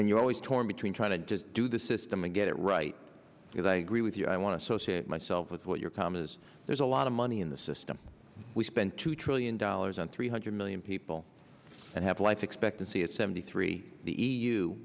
and you're always torn between trying to do the system and get it right because i agree with you i want to associate myself with what your comment is there's a lot of money in the system we spend two trillion dollars on three hundred million people and have life expectancy at seventy three the e